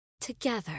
together